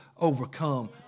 overcome